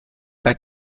pas